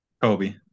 Kobe